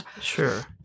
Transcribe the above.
Sure